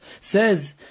says